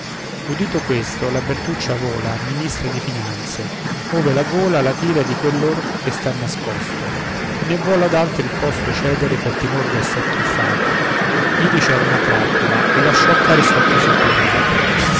udito questo la bertuccia vola ministra di finanze ove la gola la tira di quell'or che sta nascosto né vuol ad altri il posto cedere per timor d'esser truffata ivi c'era una trappola e la sciocca restò così pigliata